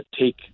take